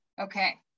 Okay